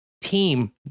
team